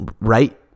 right